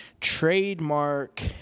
trademark